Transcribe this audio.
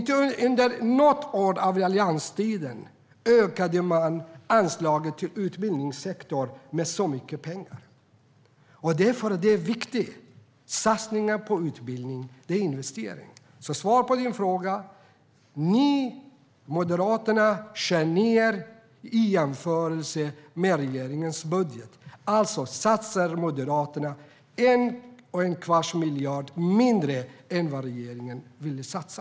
Inte något år under allianstiden ökade man anslaget till utbildningssektorn med så mycket pengar. Det är viktigt. Satsningar på utbildning är investering. Svaret på din fråga är att ni moderater skär ned i jämförelse med regeringens budget. Alltså satsar Moderaterna 1 1⁄4 miljard mindre än vad regeringen vill satsa.